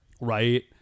Right